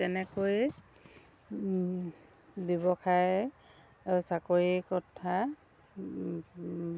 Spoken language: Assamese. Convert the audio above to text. তেনেকৈয়ে ব্যৱসায় অ' চাকৰিৰ কথা